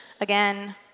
Again